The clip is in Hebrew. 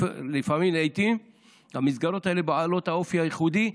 לעיתים המסגרות האלה, בעלות האופי הייחודי,